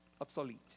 obsolete